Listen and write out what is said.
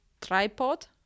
tripod